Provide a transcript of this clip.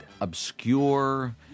obscure